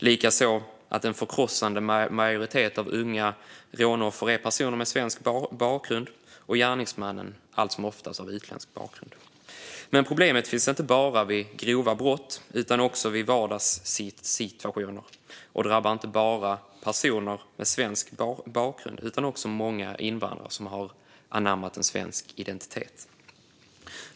Likaså är en förkrossande majoritet av unga rånoffer personer med svensk bakgrund, och gärningsmannen är allt som oftast av utländsk bakgrund. Problemet finns dock inte bara vid grova brott utan också i vardagssituationer, och det drabbar inte bara personer med svensk bakgrund utan också många invandrare som har anammat en svensk identitet.